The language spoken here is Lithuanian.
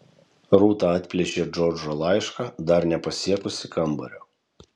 rūta atplėšė džordžo laišką dar nepasiekusi kambario